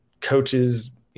coaches